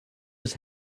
his